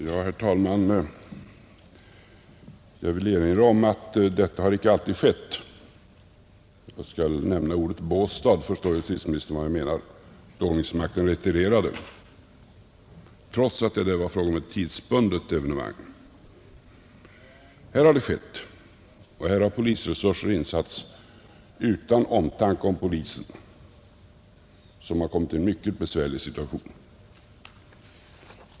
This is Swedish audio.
Herr talman! Jag vill erinra om att detta icke alltid har skett. Jag skall nämna ordet Båstad, så förstår justitieministern vad jag menar. Där retirerade ordningsmakten, trots att det var fråga om ett tidsbundet evenemang. Här har det skett, och här har polisresurser insatts utan omtanke om polisen, som kommit i en mycket besvärlig situation.